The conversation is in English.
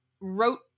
wrote